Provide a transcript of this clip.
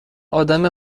آدم